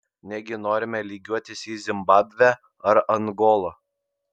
negi norime lygiuotis į zimbabvę ar angolą